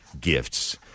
gifts